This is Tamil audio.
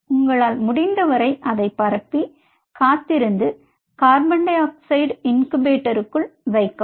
உங்களால் முடிந்தவரை அதைப் பரப்பி காத்திருந்து கோ 2 இன்குபேட்டருக்குள் வைக்கவும்